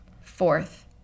Fourth